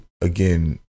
again